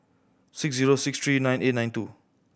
six zero six three nine eight nine two